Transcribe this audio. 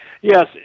Yes